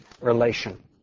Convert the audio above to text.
relation